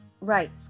Right